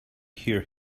hear